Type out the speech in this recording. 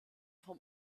vom